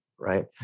Right